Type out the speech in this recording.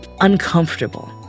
uncomfortable